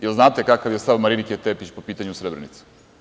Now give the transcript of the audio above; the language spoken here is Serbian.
Jel znate kakav je stav Marinike Tepić po pitanju Srebrenice?